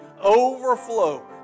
overflow